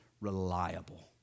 reliable